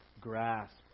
grasp